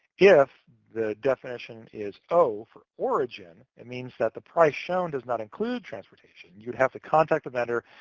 if the definition is o for origin, it means that the price shown does not include transportation. you would have to contract the vendor,